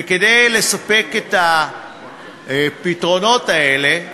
וכדי לספק את הפתרונות האלה